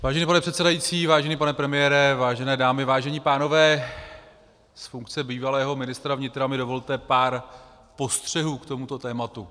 Vážený pane předsedající, vážený pane premiére, vážené dámy, vážení pánové, z funkce bývalého ministra vnitra mi dovolte pár postřehů k tomuto tématu.